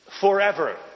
forever